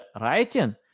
writing